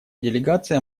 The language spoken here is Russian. делегация